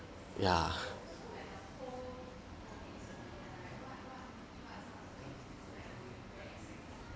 ya